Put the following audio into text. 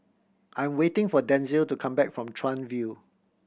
I am waiting for Denzil to come back from Chuan View